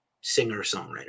singer-songwriter